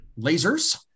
lasers